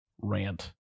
rant